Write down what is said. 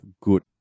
good